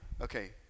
okay